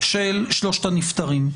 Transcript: של שלושת הנפטרים,